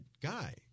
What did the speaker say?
guy